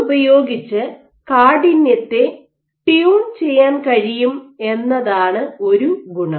ഇതുപയോഗിച്ച് കാഠിന്യത്തെ ട്യൂൺ ചെയ്യാൻ കഴിയും എന്നതാണ് ഒരു ഗുണം